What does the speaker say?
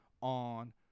on